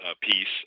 piece